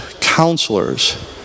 counselors